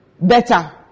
better